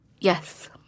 Yes